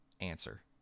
answer